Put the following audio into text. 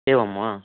एवं वा